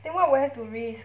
then what would I have to risk